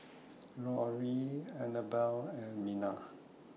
Rory Annabell and Minna